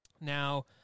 Now